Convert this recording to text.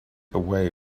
away